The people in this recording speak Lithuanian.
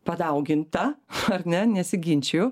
padauginta ar ne nesiginčiju